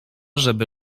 żeby